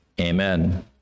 Amen